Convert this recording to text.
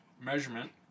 measurement